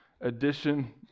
edition